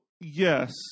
yes